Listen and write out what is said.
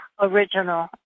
original